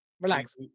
relax